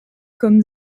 comme